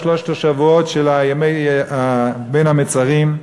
שלושת השבועות של ימי בין המצרים,